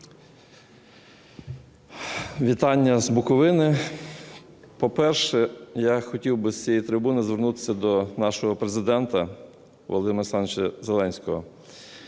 Вітання з Буковини. По-перше, я хотів би з цієї трибуни звернутися до нашого Президента Володимира Олександровича Зеленського.